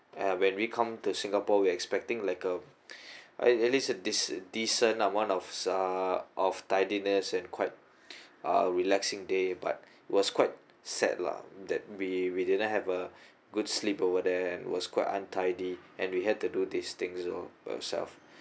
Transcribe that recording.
and when we come to singapore we expecting like uh I at least a decent decent amount of uh of tidiness and quite uh relaxing day but was quite sad lah that we we didn't have a good sleep over there was quite untidy and we had to do these things all ourselves